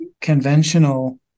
conventional